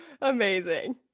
Amazing